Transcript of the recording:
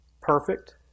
perfect